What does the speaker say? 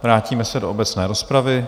Vrátíme se do obecné rozpravy.